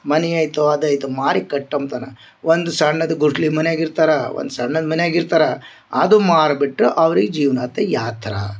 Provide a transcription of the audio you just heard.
ಮನೆ ಐತೊ ಅದು ಐತೊ ಮಾರಿ ಕಟ್ ಅಂತಾನ ಒಂದು ಸಣ್ಣದು ಗುಡ್ಸ್ಲ ಮನ್ಯಾಗ ಇರ್ತಾರ ಒಂದು ಸಣ್ಣದ ಮನ್ಯಾಗ ಇರ್ತಾರ ಅದು ಮಾರ್ಬಿಟ್ಟು ಅವ್ರಿಗ ಜೀವನ ಆತು ಯಾ ಥರ